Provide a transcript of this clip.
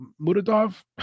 muradov